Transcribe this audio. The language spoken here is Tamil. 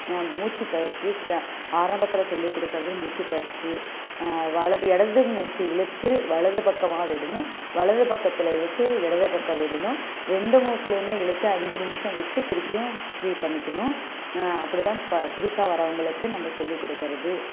மூச்சு பயிற்சி ஆராம்பத்தில் சொல்லி கொடுக்கறது மூச்சு பயிற்சி வலது இடது மூச்சு இழுத்து வலது பக்கமாக விடணும் வலது பக்கத்தில் இழுத்து இடது பக்கம் விடணும் ரெண்டு மூக்குலேயுமே இழுத்து அஞ்சு நிமிசம் விட்டு திருப்பியும் ஃப்ரீ பண்ணிக்கணும் அப்படி தான் ப புதுசாக வரவங்களுக்கு நம்ம சொல்லி கொடுக்கறது